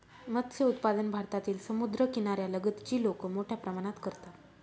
मत्स्य उत्पादन भारतातील समुद्रकिनाऱ्या लगतची लोक मोठ्या प्रमाणात करतात